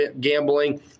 gambling